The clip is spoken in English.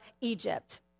Egypt